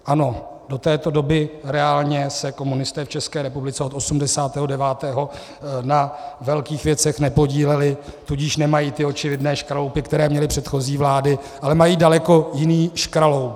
Ano, do této doby reálně se komunisté v České republice od osmdesátého devátého na velkých věcech nepodíleli, tudíž nemají ty očividné škraloupy, které měly předchozí vlády, ale mají daleko jiný škraloup.